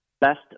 Best